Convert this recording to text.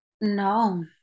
No